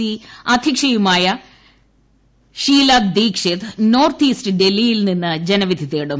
C അദ്ധ്യക്ഷയുമായ Sheila Dikshit north east ഡൽഹിയിൽ നിന്ന് ജനവിധി തേടും